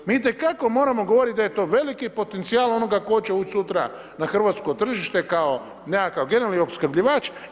Mi itekako moramo govoriti da je to veliki potencijal onoga tko će ući sutra na hrvatsko tržište kao nekakav generalni opskrbljivač.